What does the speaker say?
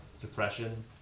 depression